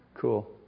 Cool